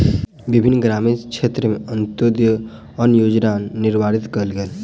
विभिन्न ग्रामीण क्षेत्र में अन्त्योदय अन्न योजना कार्यान्वित कयल गेल